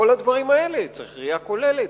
בכל הדברים האלה צריך ראייה כוללת,